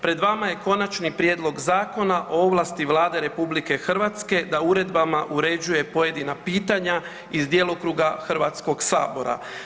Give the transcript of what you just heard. Pred vama je Konačni prijedlog Zakona o ovlasti Vlade RH da uredbama uređuje pojedina pitanja iz djelokruga Hrvatskog sabora.